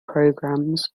programs